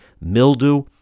mildew